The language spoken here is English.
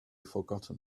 forgotten